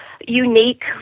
unique